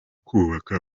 kubaka